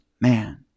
man